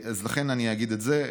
לכן אני אגיד את זה: